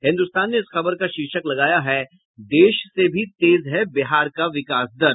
हिन्दुस्तान ने इस खबर का शीर्षक लगाया है देश से भी तेज है बिहार का विकास दर